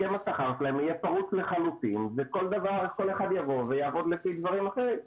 הסכם השכר שלהם יהיה פרוץ לחלוטין וכל אחד יבוא ויעבוד לפי דברים אחרים.